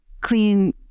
clean